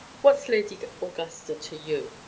what's lady augusta to you?